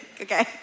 okay